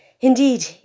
Indeed